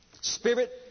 Spirit